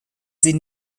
sie